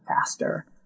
faster